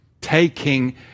Taking